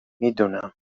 میدونم